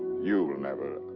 you will never.